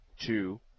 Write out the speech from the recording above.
two